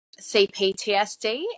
CPTSD